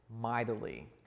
mightily